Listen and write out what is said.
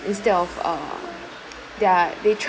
instead of uh they're they tried